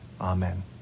Amen